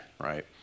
right